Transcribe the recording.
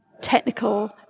technical